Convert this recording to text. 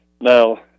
Now